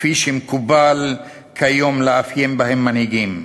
כפי שמקובל כיום לאפיין מנהיגים.